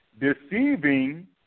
deceiving